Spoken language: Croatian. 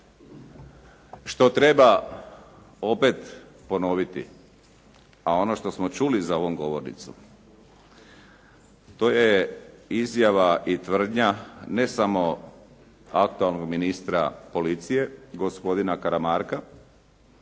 što treba opet ponoviti, a ono što smo čuli za ovom govornicom to je izjava i tvrdnja ne samo aktualnog ministra policije, gospodina Karamarka,